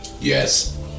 Yes